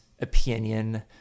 opinion